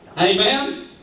Amen